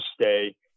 stay